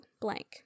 blank